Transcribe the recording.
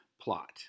plot